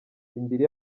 indiri